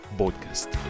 podcast